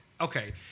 okay